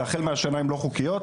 ומהשנה הן לא חוקיות.